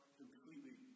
completely